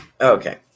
Okay